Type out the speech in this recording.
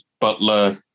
Butler